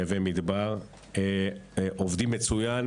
נווה מדבר - עובדים מצוין,